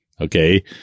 okay